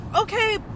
okay